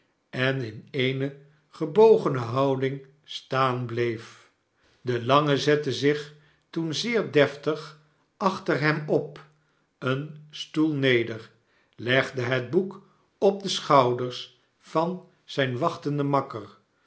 en in eene gebogene houding staan bleef de lange zette zich toen zeer deftig achter hem op een stoel neder legde het boek op de schouders van zijn wachtenden makker